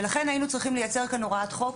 ולכן היינו צריכים לייצר כאן הוראת חוק